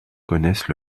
connaissent